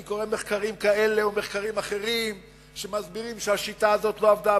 אני קורא מחקרים כאלה או מחקרים אחרים שמסבירים שהשיטה הזאת לא עבדה,